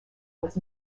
was